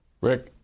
Rick